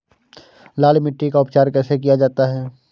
लाल मिट्टी का उपचार कैसे किया जाता है?